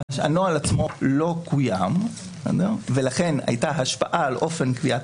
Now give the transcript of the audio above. הנוהל עצמו לא קוים ולכן הייתה השפעה על אופן קביעת